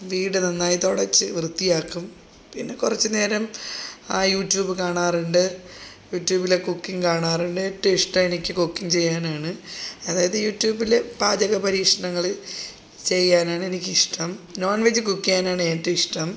വീടു നന്നായി തുടച്ചു വൃത്തിയാക്കും പിന്നെ കുറച്ചുനേരം യൂട്യൂബ് കാണാറുണ്ട് യൂട്യൂബിലെ കുക്കിങ് കാണാറുണ്ട് ഏറ്റും ഇഷ്ടം എനിക്ക് കുക്കിങ് ചെയ്യാനാണ് അതായത് യൂട്യൂബിലെ പാചക പരീക്ഷണങ്ങൾ ചെയ്യാനാണ് എനിക്കിഷ്ടം നോൺ വെജ് കുക്ക് ചെയ്യാണ് ഏറ്റും ഇഷ്ടം